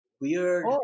weird